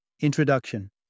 Introduction